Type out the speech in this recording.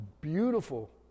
beautiful